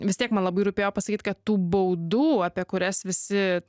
vis tiek man labai rūpėjo pasakyt kad tų baudų apie kurias visi